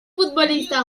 futbolista